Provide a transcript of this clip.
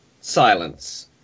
silence